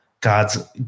God's